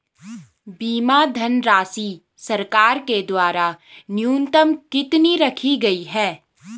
बीमा धनराशि सरकार के द्वारा न्यूनतम कितनी रखी गई है?